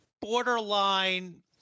borderline